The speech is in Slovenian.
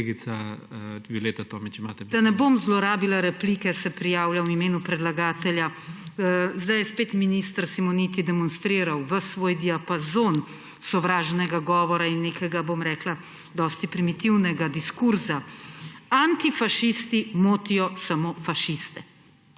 **VIOLETA TOMIĆ (PS Levica):** Da ne bom zlorabila replike, se prijavljam v imenu predlagatelja. Zdaj je spet minister Simoniti demonstriral ves svoj diapazon sovražnega govora in nekega, bom rekla, dosti primitivnega diskurza. Antifašisti motijo samo fašiste.